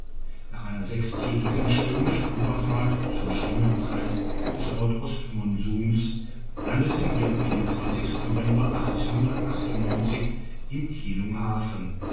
nach einer sechstägigen stürmischen ueberfahrt zur schlimmen zeit des nordostmonsuns landeten wir am november im